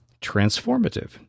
transformative